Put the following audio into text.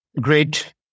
great